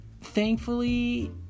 thankfully